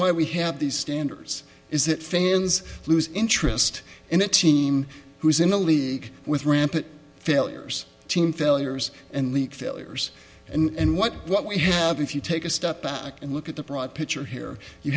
why we have these standards is that fans lose interest in a team who is in a league with rampant failures team failures and league failures and what what we have if you take a step back and look at the broad picture here you